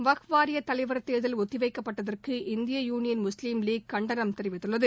வக்ஃப் வாரிய தலைவர் தேர்தல் ஒத்தி வைக்கப்பட்டதற்கு இந்திய யூனியன் முஸ்லீம் லீக் கண்டனம் தெரிவித்துள்ளது